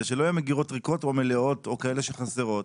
שלא יהיו מגירות ריקות או מלאות או כאלה שחסרות,